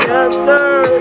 answer